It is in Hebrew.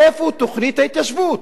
איפה תוכנית ההתיישבות?